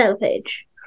page